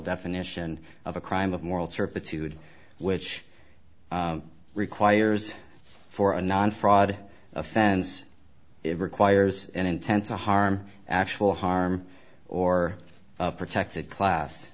definition of a crime of moral turpitude which requires for a non fraud offense it requires an intent to harm actual harm or protected class